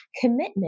commitment